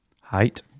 Height